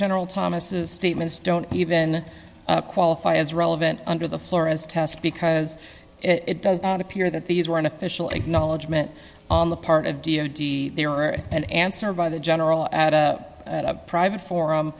general thomas statements don't even qualify as relevant under the florist test because it does not appear that these were an official acknowledgment on the part of d o d they are an answer by the general at a private forum